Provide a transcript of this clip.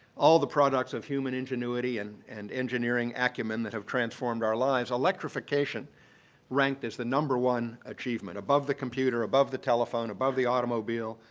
all the products of human ingenuity and and engineering acumen that have transformed our lives, electrification ranked as the number one achievement above the computer. above the telephone, above the automobile,